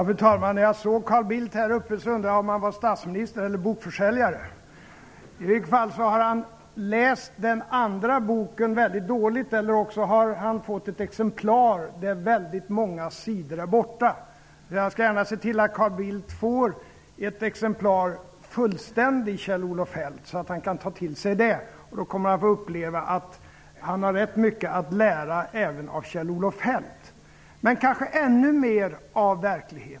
Fru talman! När jag såg Carl Bildt i talarstolen så undrade jag om han var statsminister eller bokförsäljare. Han har dock läst Kjell-Olof Feldts bok dåligt, eller också har han fått ett exemplar där det saknas väldigt många sidor. Jag skall gärna se till att Carl Bildt får ett fullständigt exemplar av Kjell-Olof Feldts bok, så att han kan ta till sig den. Han kommer då att uppleva att han har ganska mycket att lära även av Kjell-Olof Feldt. Han kanske har ännu mera att lära av verkligheten.